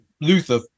Luther